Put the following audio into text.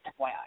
FYI